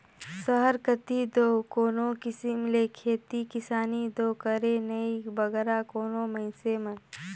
सहर कती दो कोनो किसिम ले खेती किसानी दो करें नई बगरा कोनो मइनसे मन